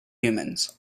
humans